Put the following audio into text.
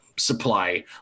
Supply